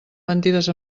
mentides